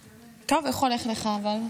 טוב, איך הולך לך אבל?